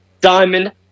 Diamond